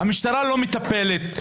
המשטרה לא מטפלת.